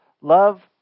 Love